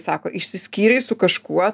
sako išsiskyrei su kažkuo